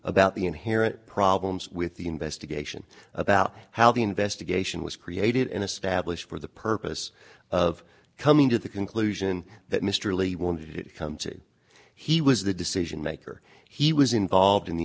about the inherent problems with the investigation about how the investigation was created an established for the purpose of coming to the conclusion that mr lee wanted it to come to he was the decision maker he was involved in the